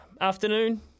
Afternoon